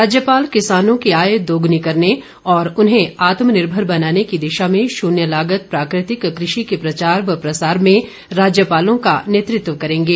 राज्यपाल किसानों की आय दोगनी करने और उन्हें आत्मनिर्भर बनाने की दिशा में शुन्य लागत प्राकृतिक कृषि के प्रचार व प्रसार में राज्यपालों का नेतृत्व करेंगे